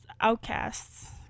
outcasts